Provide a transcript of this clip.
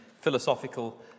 philosophical